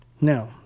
Now